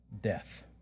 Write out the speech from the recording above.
death